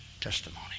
testimony